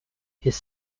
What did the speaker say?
his